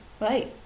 Right